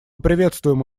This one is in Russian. приветствуем